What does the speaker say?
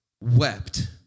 wept